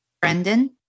Brendan